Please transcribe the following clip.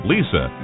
Lisa